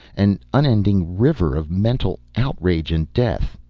an unending river of mental outrage and death.